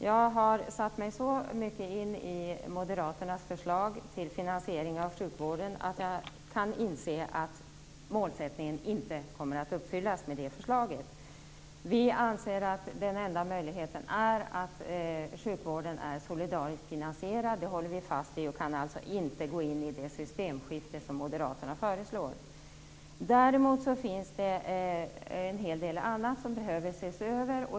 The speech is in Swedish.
Jag har satt mig så pass mycket in i Moderaternas förslag till finansiering av sjukvården att jag kan inse att målsättningen inte kommer att uppfyllas med detta förslag. Vi anser att den enda möjligheten är att sjukvården är solidariskt finansierad. Det håller vi fast vid, och vi kan alltså inte gå in i det systemskifte som Moderaterna föreslår. Däremot finns det en hel del annat som behöver ses över.